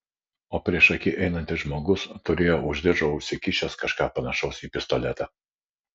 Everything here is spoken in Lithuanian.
o priešaky einantis žmogus turėjo už diržo užsikišęs kažką panašaus į pistoletą